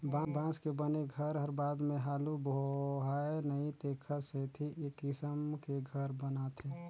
बांस के बने घर हर बाद मे हालू बोहाय नई तेखर सेथी ए किसम के घर बनाथे